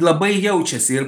labai jaučiasi ir